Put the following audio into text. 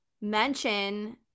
mention